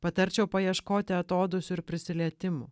patarčiau paieškoti atodūsių ir prisilietimų